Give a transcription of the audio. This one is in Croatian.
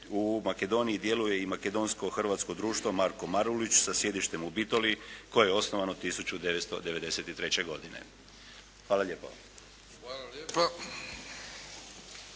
u Makedoniji djeluje i makedonsko-hrvatsko društvo Marko Marulić sa sjedištem u Bitoliji koje je osnovano 1993. godine. Hvala lijepo.